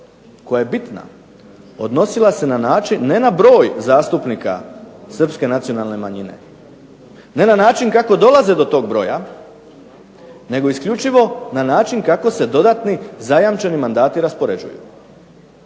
koja je bitna, odnosila se na način, ne na broj zastupnika srpske nacionalne manjine, ne na način kako dolaze do tog broja, nego isključivo na način kako se dodatni zajamčeni mandati raspoređuju.